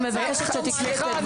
מבקשת שתיקחי את הדברים שלך בחזרה.